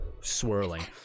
swirling